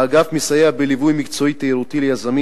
האגף מסייע בליווי מקצועי תיירותי ליזמים